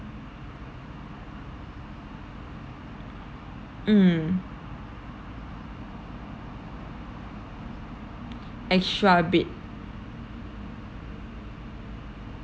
mmhmm extra bed